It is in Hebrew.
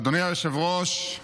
אדוני היושב-ראש,